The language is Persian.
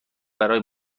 برای